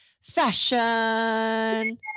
fashion